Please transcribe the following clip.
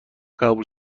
قبول